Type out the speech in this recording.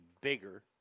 bigger